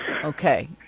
Okay